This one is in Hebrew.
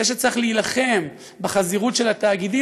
זה שצריך להילחם בחזירות של התאגידים,